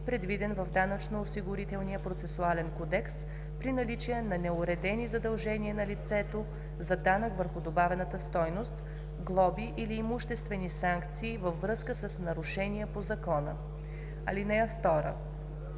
предвиден в Данъчно-осигурителния процесуален кодекс, при наличие на неуредени задължения на лицето за данък върху добавената стойност, глоби или имуществени санкции във връзка с нарушения по закона. (2)